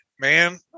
man